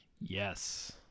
Yes